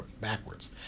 backwards